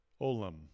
olam